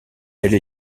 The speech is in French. elle